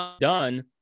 done